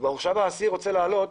והוא רוצה להעלות